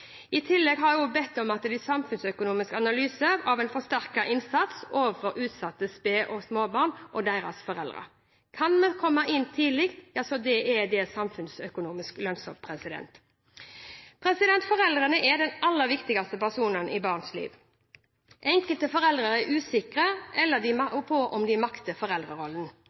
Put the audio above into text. I tillegg har jeg bedt om en samfunnsøkonomisk analyse av en forsterket innsats overfor utsatte sped- og småbarn og deres foreldre. Kan vi komme inn tidlig, er det samfunnsøkonomisk lønnsomt. Foreldrene er de aller viktigste personene i barns liv. Enkelte foreldre er usikre på eller